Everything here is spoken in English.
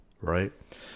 right